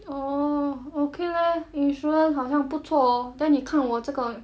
oh okay leh insurance 好像不错哦 then 你看我这个